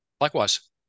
Likewise